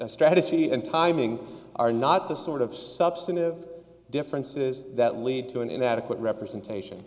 g strategy and timing are not the sort of substantive differences that lead to an adequate representation